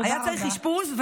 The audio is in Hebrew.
היה צריך אשפוז,